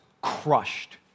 crushed